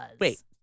Wait